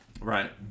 Right